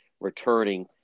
returning